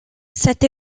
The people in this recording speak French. cette